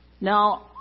Now